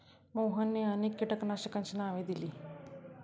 मोहनने अनेक कीटकनाशकांची नावे दिली